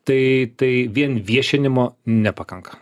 tai tai vien viešinimo nepakanka